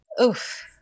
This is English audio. Oof